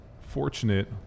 fortunate